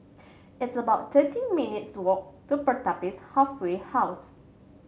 it's about thirty minutes' walk to Pertapis Halfway House